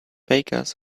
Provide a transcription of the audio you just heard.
bakers